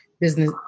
business